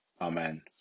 Amen